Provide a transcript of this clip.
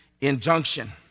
injunction